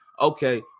okay